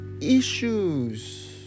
issues